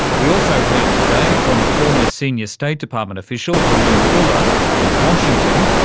we also heard today from former senior state department official haroon ullah in washington.